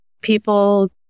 people